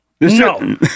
No